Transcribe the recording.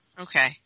Okay